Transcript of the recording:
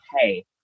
hey